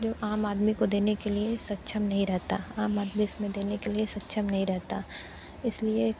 जो आम आदमी को देने के लिए सक्षम नहीं रहता आम आदमी इसमें देने के लिए सक्षम नहीं रहता इसलिए